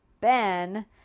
Ben